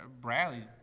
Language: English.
Bradley